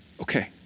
okay